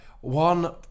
one